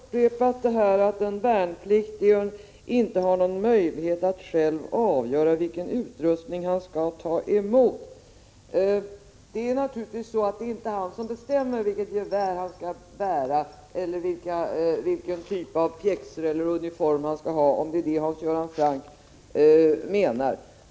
Herr talman! Hans Göran Franck har upprepat att den värnpliktige inte har någon möjlighet att själv avgöra vilken utrustning han skall ta emot. Det är naturligtvis så att han inte bestämmer vilket gevär han skall bära eller vilken typ av pjäxor eller uniform han skall ha, om det är det Hans Göran Franck menar.